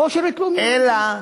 או שירות לאומי.